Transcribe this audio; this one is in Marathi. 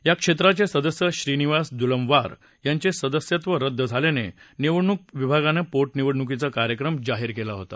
या क्षेत्राचे सदस्य श्रीनिवास दुलमवार यांचे सदस्यत्व रद्द झाल्याने निवडणूक विभागाने पोटनिवडणुकीचा कार्यक्रम जाहीर केला आहे